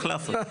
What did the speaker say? החלפות.